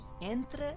Entre